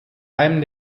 allem